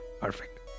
perfect